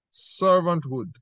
Servanthood